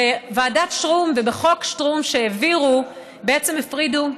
בוועדת שטרום ובחוק שטרום שהעבירו בעצם הפרידו